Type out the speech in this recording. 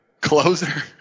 Closer